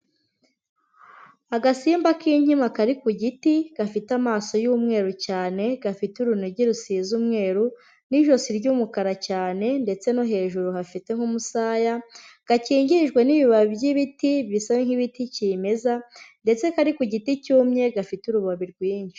Agasimba k'inkima kari ku giti gafite amaso y'umweru cyane gafite urunigi rusize umweru n'ijosi ry'umukara cyane ndetse no hejuru hafite nk'umusaya, gakingirijwe n'ibibabi by'ibiti bisa nk'ibiti kimeza ndetse kari ku giti cyumye gafite urubobi rwinshi.